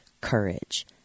Courage